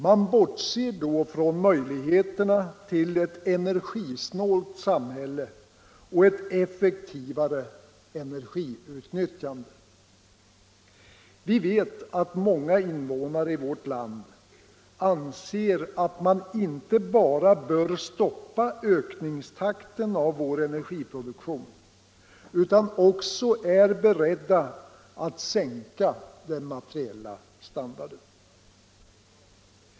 Man bortser då från möjligheterna till ett energisnålt samhälle och ett effektivare energiutnyttjande. Vi vet att många invånare i vårt land anser att man inte bara bör stoppa ökningstakten av vår energiproduktion utan också vara beredd att sänka den materiella standarden.